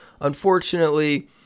Unfortunately